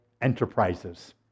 enterprises